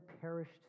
perished